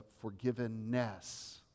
forgiveness